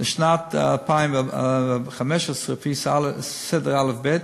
לשנת 2015, לפי סדר אל"ף-בי"ת: